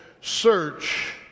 search